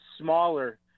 smaller